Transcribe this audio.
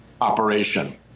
operation